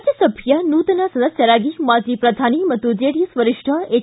ರಾಜ್ಯಸಭೆಯ ನೂತನ ಸದಸ್ಕರಾಗಿ ಮಾಜಿ ಪ್ರಧಾನಿ ಜೆಡಿಎಸ್ ವರಿಷ್ಠ ಎಚ್